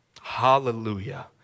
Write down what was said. Hallelujah